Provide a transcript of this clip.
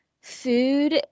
food